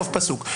סוף פסוק.